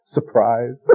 Surprise